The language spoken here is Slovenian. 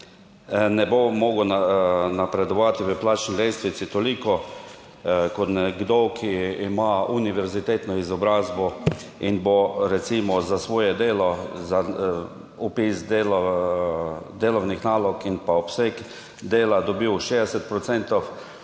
ne bo mogel napredovati v plačni lestvici toliko kot nekdo, ki ima univerzitetno izobrazbo in bo recimo za svoje delo, za vpis delovnih nalog in pa obseg dela dobil 60